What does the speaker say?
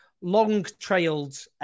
long-trailed